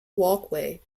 walkway